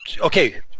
okay